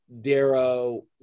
Darrow